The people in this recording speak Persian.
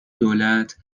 دولت